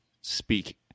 speak